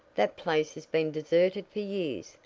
that place has been deserted for years,